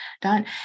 done